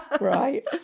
Right